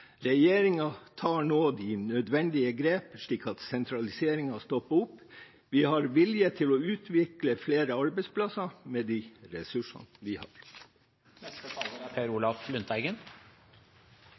tar nå de nødvendige grep, slik at sentraliseringen stopper. Vi har vilje til å utvikle flere arbeidsplasser med de ressursene vi har. Folk opplever skyhøye strømpriser. Prissjokk er